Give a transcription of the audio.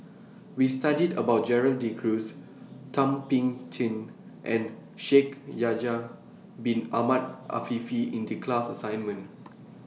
We studied about Gerald De Cruz Thum Ping Tjin and Shaikh Yahya Bin Ahmed Afifi in The class assignment